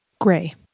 Gray